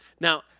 now